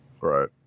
Right